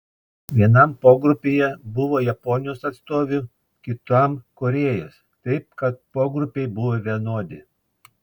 vienam pogrupyje buvo japonijos atstovių kitam korėjos taip kad pogrupiai buvo vienodi